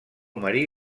marí